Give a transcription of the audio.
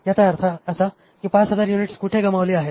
याचा अर्थ असा की 5000 युनिट्स कुठे गमावली आहेत